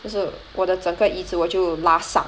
就是我的整个椅子我就拉上